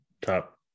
top